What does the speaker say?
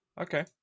Okay